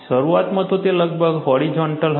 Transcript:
શરૂઆતમાં તો તે લગભગ હોરિઝોન્ટલ હતી